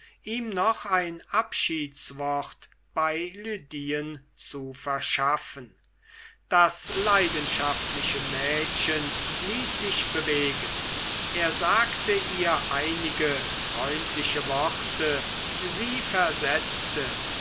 ihm noch ein abschiedswort bei lydien zu verschaffen das leidenschaftliche mädchen ließ sich bewegen er sagte ihr einige freundliche worte sie versetzte